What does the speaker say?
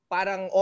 parang